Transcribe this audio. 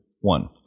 one